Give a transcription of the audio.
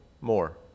more